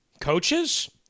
Coaches